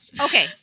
okay